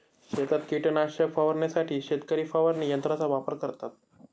शेतात कीटकनाशक फवारण्यासाठी शेतकरी फवारणी यंत्राचा वापर करतात